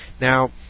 Now